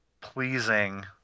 pleasing